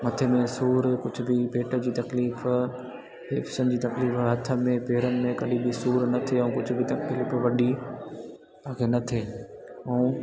मथे में सूरु कुझु बि पेट जी तकलीफ़ हिप्सनि जी तकलीफ़ हथनि में पेरनि में कॾहिं बि सूरु न थिए ऐं कुझु बि तकलीफ़ वॾी तव्हांखे न थिए ऐं